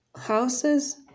Houses